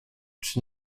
czy